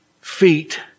feet